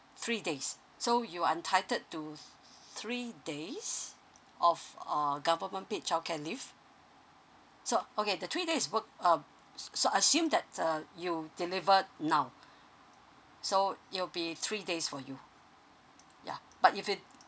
three days so you untitled to three days of uh government paid childcare leave so okay the three days is work um so assume that uh you delivered now so it will be three days for you ya but if it